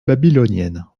babylonienne